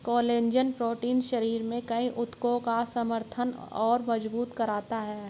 collagen protein शरीर में कई ऊतकों का समर्थन और मजबूत करता है